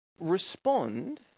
Respond